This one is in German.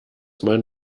man